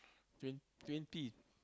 twe~ twenty